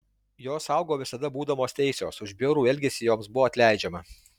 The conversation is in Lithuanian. jos augo visada būdamos teisios už bjaurų elgesį joms buvo atleidžiama